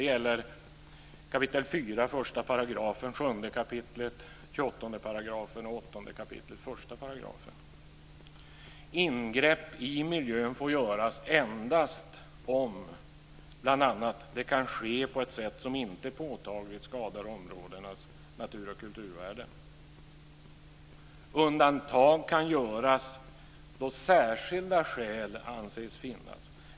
Det gäller 4 kap. 1 §, Bl.a. får ingrepp i miljön göras endast om det kan ske på ett sätt som inte påtagligt skadar områdenas natur och kulturvärden. Undantag kan göras då särskilda skäl anses finnas.